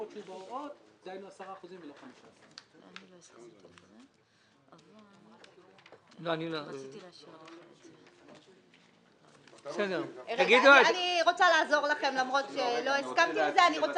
דהיינו 10% ולא 15%. אני רוצה לעזור לכם למרות שלא הסכמתי לזה.